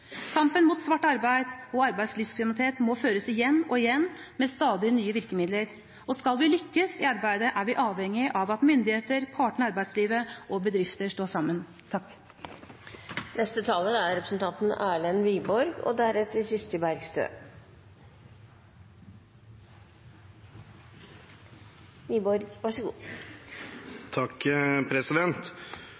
Kampen mot svart arbeid og arbeidslivskriminalitet må føres igjen og igjen, med stadig nye virkemidler, og skal vi lykkes i dette arbeidet, er vi avhengige av at myndigheter, partene i arbeidslivet og bedrifter står sammen.